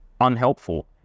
unhelpful